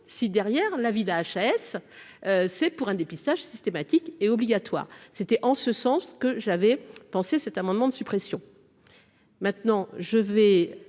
si derrière la vida HS c'est pour un dépistage systématique et obligatoire, c'était en ce sens que j'avais pensé cet amendement de suppression, maintenant je vais